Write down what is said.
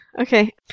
Okay